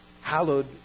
hallowed